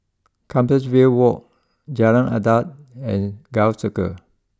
Compassvale walk Jalan Adat and Gul Circle